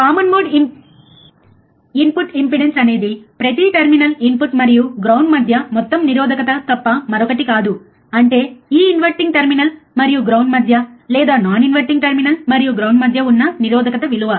common mode input impedance అనేది ప్రతి input మరియు గ్రౌండ్ మధ్య మొత్తం నిరోధకత తప్ప మరొకటి కాదు అంటే ఈ ఇన్వర్టింగ్ టెర్మినల్ మరియు గ్రౌండ్ మధ్య లేదా నాన్ ఇన్వర్టింగ్ టెర్మినల్ మరియు గ్రౌండ్ మధ్య ఉన్న నిరోధకత విలువ